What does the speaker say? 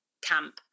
camp